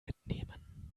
mitnehmen